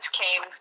came